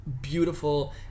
beautiful